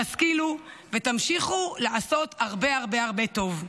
תשכילו ותמשיכו לעשות הרבה הרבה הרבה טוב.